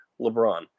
LeBron